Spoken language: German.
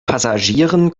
passagieren